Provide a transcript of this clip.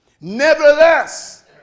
Nevertheless